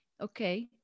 Okay